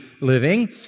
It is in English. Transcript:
living